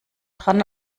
dran